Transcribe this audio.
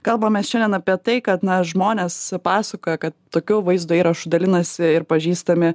kalbamės šiandien apie tai kad na žmonės pasakoja kad tokiu vaizdo įrašu dalinasi ir pažįstami